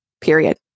period